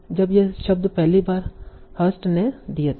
जब ये शब्द पहली बार हर्स्ट ने दिए थे